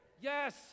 Yes